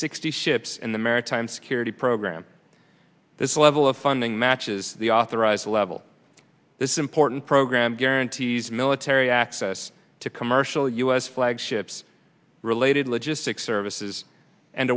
sixty ships and the maritime security program this level of funding matches the authorized level this important program guarantees military access to commercial u s flagships related logistics services and